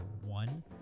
one